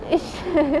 is~